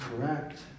correct